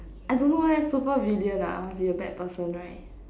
I don't know leh super villain ah must be a bad person right